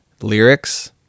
lyrics